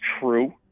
true